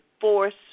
force